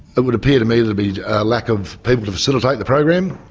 it would appear to me to be lack of people to facilitate the program.